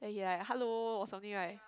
then he like hello or something like